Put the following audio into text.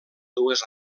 dues